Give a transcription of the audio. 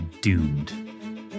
doomed